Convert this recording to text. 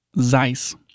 Zeiss